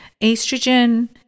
estrogen